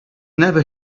never